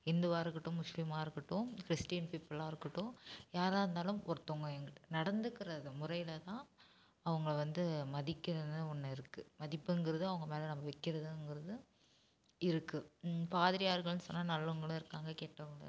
இந்துவாக இருக்கட்டும் முஸ்லீமாக இருக்கட்டும் கிறிஸ்ட்டின் பீப்பிளாக இருக்கட்டும் யாராருந்தாலும் ஒருத்தவங்க ஏங்கிட்ட நடந்துக்கிற முறைல தான் அவங்கள வந்து மதிக்கிறதுன்னு ஒன்று இருக்கு மதிப்புங்கிறது அவங்க மேலே நம்ம வைக்கிறதுங்குறது இருக்கு பாதிரியார்கள்ன்னு சொன்னால் நல்லவங்களும் இருக்காங்க கெட்டவங்களும் இருக்காங்க